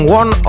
one